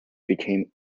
became